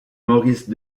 maurice